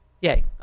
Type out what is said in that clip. Yay